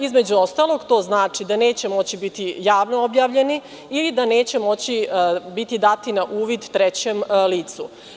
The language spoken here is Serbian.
Između ostalog, to znači da ne mogu biti javno objavljeni i da ne mogubiti dati na uvid trećem licu.